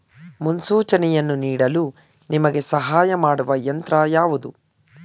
ಮುನ್ಸೂಚನೆಯನ್ನು ನೀಡಲು ನಿಮಗೆ ಸಹಾಯ ಮಾಡುವ ಯಂತ್ರ ಯಾವುದು?